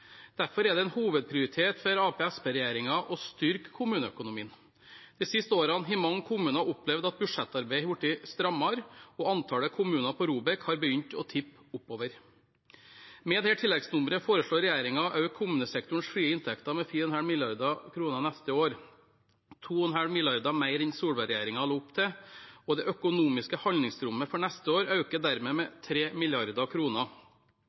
Derfor er det en hovedprioritet for Arbeiderparti–Senterparti-regjeringen å styrke kommuneøkonomien. De siste årene har mange kommuner opplevd at budsjettarbeidet har blitt strammere, og antallet kommuner på ROBEK har begynt å tippe oppover. Med dette tilleggsnummeret foreslår regjeringen å øke kommunesektorens frie inntekter med 4,5 mrd. kr neste år. Det er 2,5 mrd. kr mer enn Solberg-regjeringen la opp til, og det økonomiske handlingsrommet for neste år øker dermed med